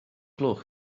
gloch